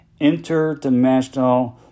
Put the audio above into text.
interdimensional